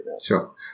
Sure